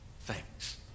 thanks